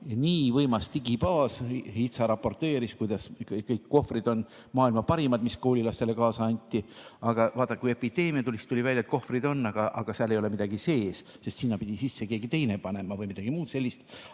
nii võimas digibaas. HITSA raporteeris, kuidas kõik kohvrid olid maailma parimad, mis koolilastele kaasa anti. Aga vaadake, kui epideemia tuli, siis tuli välja, et kohvrid on, aga seal ei ole midagi sees, sinna pidi keegi teine midagi sisse panema või midagi muud sellist.